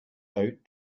out